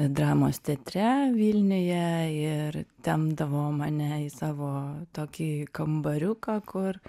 dramos teatre vilniuje ir tempdavo mane į savo tokį kambariuką kur